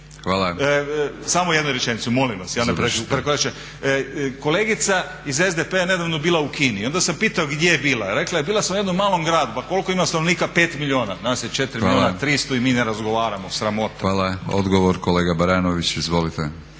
Samo jednu rečenicu molim vas. Kolegica iz SDP-a je nedavno bila u Kini i onda sam je pitao gdje je bila. Rekla je bila sam u jednom malom gradu. Pa koliko ima stanovnika? 5 milijuna. Nas je 4 milijuna 300 i mi ne razgovaramo. Sramota. **Batinić, Milorad (HNS)** Hvala. Odgovor kolega Baranović. Izvolite.